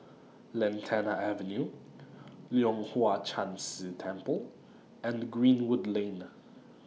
Lantana Avenue Leong Hwa Chan Si Temple and Greenwood Lane